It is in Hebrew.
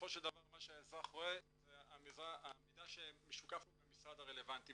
בסופו של דבר מה שהאזרח רואה זה המידע שמשוקף לו מהמשרד הרלבנטי,